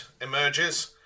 emerges